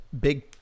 big